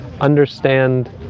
understand